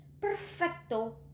Perfecto